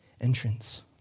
entrance